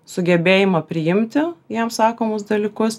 sugebėjimą priimti jam sakomus dalykus